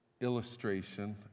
illustration